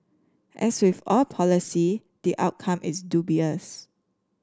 as with all policy the outcome is dubious